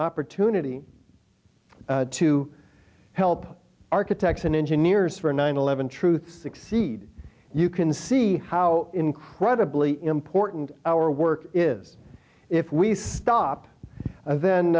opportunity to help architects and engineers for nine eleven truth succeed you can see how incredibly important our work is if we stop